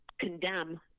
condemn